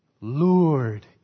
Lured